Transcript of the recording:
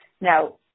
now